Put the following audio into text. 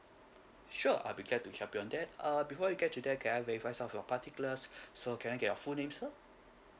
sure I'll be glad to help you on that err before you get to there can I verify some of your particulars so can I get your full name sir